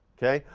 okay?